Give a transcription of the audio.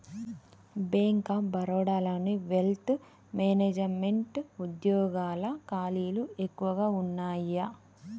bank of బరోడాలోని wealth management వుద్యోగాల ఖాళీలు ఎక్కువగా వున్నయ్యి